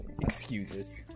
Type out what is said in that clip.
Excuses